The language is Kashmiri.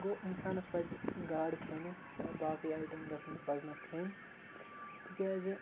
گوٚو اِنسانَس پَزِ گاڈٕ کھیٚنہِ یا باقٕے آیٹَم گژھنہٕ پَزنَس کھیٚنۍ تِکیٛازِ